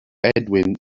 edwin